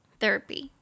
therapy